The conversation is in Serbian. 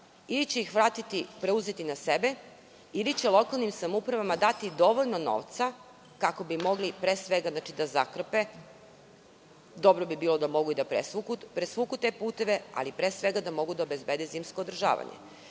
Ili će ih preuzeti na sebe, ili će lokalnim samoupravama dati dovoljno novca, kako bi mogli pre svega da zakrpe, dobro bi bilo da mogu i da presvuku te puteve, ali pre svega da mogu da obezbede zimsko održavanje.